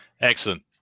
Excellent